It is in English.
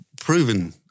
proven